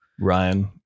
Ryan